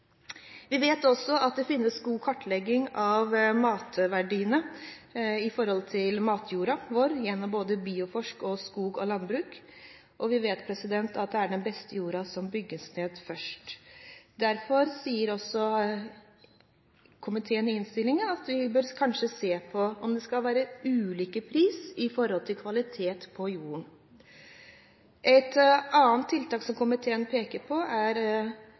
Vi vet også at det finnes god kartlegging av matverdiene i matjorden vår gjennom både Bioforsk og Skog og landskap, og vi vet at det er den beste jorden som bygges ned først. Derfor sier også komiteen i innstillingen at vi kanskje bør se på om det skal være ulik pris i samsvar med kvaliteten på jorden. Et annet tiltak som komiteen peker på, er